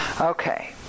Okay